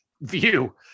view